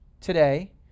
today